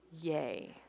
Yay